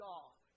God